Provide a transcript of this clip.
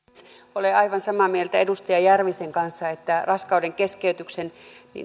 olen aivan samaa mieltä edustaja järvisen kanssa että raskaudenkeskeytyksen